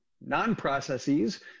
non-processes